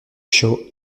show